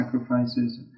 sacrifices